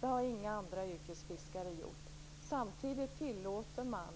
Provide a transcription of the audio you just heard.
Det har inga andra yrkesfiskare gjort. Samtidigt tillåter man